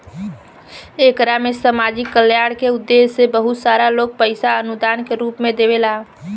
एकरा में सामाजिक कल्याण के उद्देश्य से बहुत सारा लोग पईसा अनुदान के रूप में देवेला